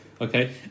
Okay